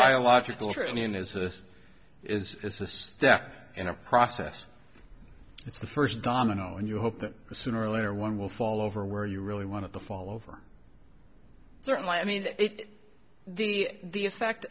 this is it's a step in a process it's the first domino and you hope that sooner or later one will fall over where you really want to fall over certainly i mean the the effect